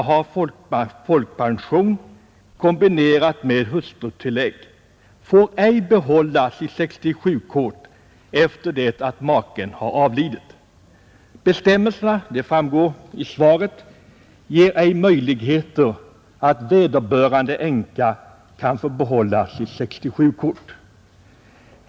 kombinerad med hustrutillägg får ej behålla sitt 67-kort efter det att maken har avlidit. Bestämmelserna — det framgår av svaret — ger ej möjligheter för vederbörande änka att behålla sitt 67-kort.